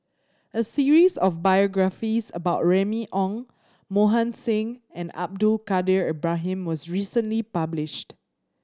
a series of biographies about Remy Ong Mohan Singh and Abdul Kadir Ibrahim was recently published